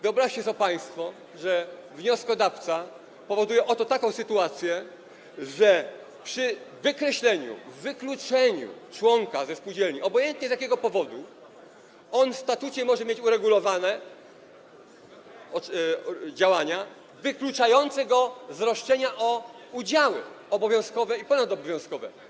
Wyobraźcie sobie państwo, że wnioskodawca powoduje oto taką sytuację, że przy wykreśleniu, wykluczeniu członka ze spółdzielni, obojętnie z jakiego powodu, on w statucie może mieć uregulowane działania wykluczające go z roszczenia o udziały obowiązkowe i ponadobowiązkowe.